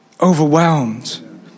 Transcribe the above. overwhelmed